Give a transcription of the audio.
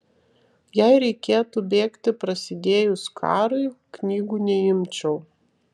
jei reikėtų bėgti prasidėjus karui knygų neimčiau